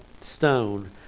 stone